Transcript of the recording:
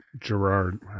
Gerard